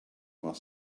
while